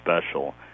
special